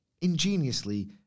ingeniously